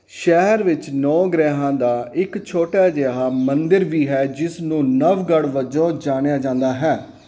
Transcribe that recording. ਸ਼ਹਿਰ ਵਿੱਚ ਨੌਂ ਗ੍ਰਹਿਆਂ ਦਾ ਇੱਕ ਛੋਟਾ ਜਿਹਾ ਮੰਦਿਰ ਵੀ ਹੈ ਜਿਸ ਨੂੰ ਨਵਗੜ੍ਹ ਵਜੋਂ ਜਾਣਿਆ ਜਾਂਦਾ ਹੈ